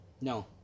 No